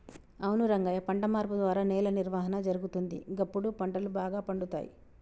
అవును రంగయ్య పంట మార్పు ద్వారా నేల నిర్వహణ జరుగుతుంది, గప్పుడు పంటలు బాగా పండుతాయి